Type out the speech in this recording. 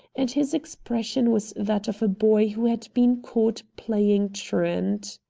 and his expression was that of a boy who had been caught playing truant.